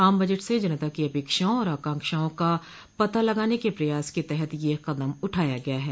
आम बजट से जनता की अपेक्षाओं और आकांक्षाओं का पता लगाने के प्रयास के तहत ये कदम उठाया गया है